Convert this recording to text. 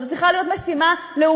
זו צריכה להיות משימה לאומית.